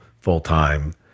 full-time